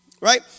right